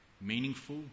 meaningful